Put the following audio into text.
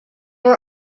were